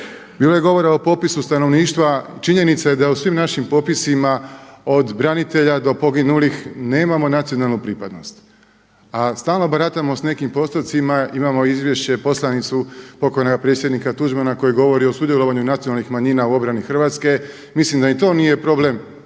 Bilo je govora o popisu stanovništva i činjenica je da je u svim našim popisima od branitelja do poginulih nemamo nacionalnu pripadnost. A stalno baratamo s nekim postotcima, imamo izvješće poslanicu pokojnoga predsjednika Tuđmana koji govori o sudjelovanju nacionalnih manjina u obrani Hrvatske. Mislim da ni to nije problem